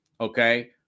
Okay